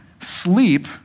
Sleep